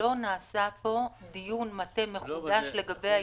שלא נעשה פה דיון מטה מחודש לגבי ההסתייגות,